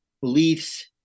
beliefs